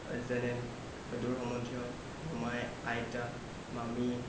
যেনে দূৰ সম্বন্ধীয় মোমাই আইতা মামী